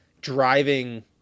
driving